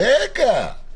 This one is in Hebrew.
רגע.